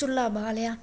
ਚੁੱਲ੍ਹਾ ਬਾਲਿਆ